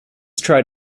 tried